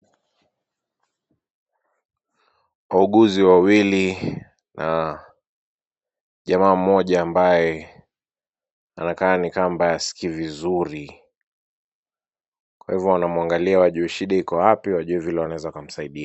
Wauguzi wawili na jamaa mmoja ambaye anakaa ni kama haskii vizuri. Kwa hivyo wanamuangalia wajue shida iko wapi wajue vile watamsaidia.